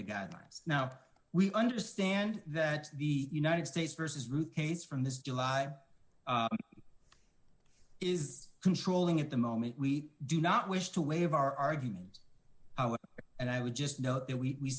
the guidelines now we understand that the united states versus ruth case from this july is controlling at the moment we do not wish to waive our argument and i would just note that we